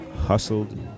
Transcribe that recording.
hustled